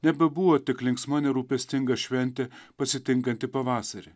nebebuvo tik linksma nerūpestinga šventė pasitinkanti pavasarį